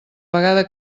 vegada